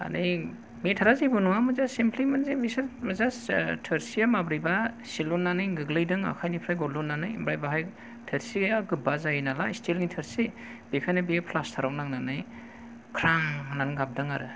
माने मेथारा जेबो नङामोन जास्ट सिमपोल मोन जे बिसोर जास्ट थोरसिया माब्रैबा सिलुननानै गोग्लैदों आखाय निफ्राय गलुननानै ओमफ्राय बाहायनो थोरसिआ गोबा जायो नालाय सिथिल नि थोरसि बेखायनो बेयो फ्लासथाराव नांनानै ख्रां होननानै गाबदों आरो